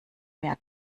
mehr